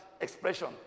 expression